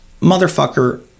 motherfucker